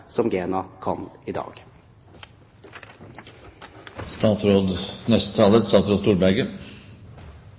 som GENA kan i